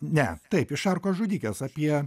ne taip iš šarkos žudikės apie